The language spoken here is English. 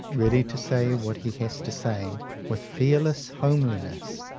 ready to say what he has to say with fearless homeliness,